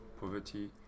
poverty